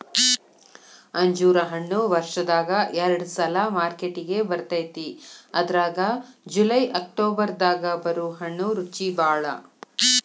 ಅಂಜೂರ ಹಣ್ಣು ವರ್ಷದಾಗ ಎರಡ ಸಲಾ ಮಾರ್ಕೆಟಿಗೆ ಬರ್ತೈತಿ ಅದ್ರಾಗ ಜುಲೈ ಅಕ್ಟೋಬರ್ ದಾಗ ಬರು ಹಣ್ಣು ರುಚಿಬಾಳ